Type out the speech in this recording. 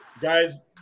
guys